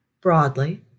broadly